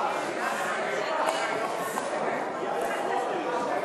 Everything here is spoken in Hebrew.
איציק שמולי, עמר בר-לב,